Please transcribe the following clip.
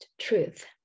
truth